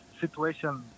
situation